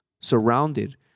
surrounded